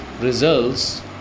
results